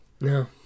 No